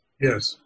Yes